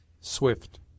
Swift